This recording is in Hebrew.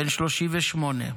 בן 38,